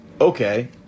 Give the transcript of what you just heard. Okay